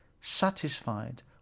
satisfied